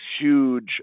huge